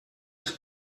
els